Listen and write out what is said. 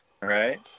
Right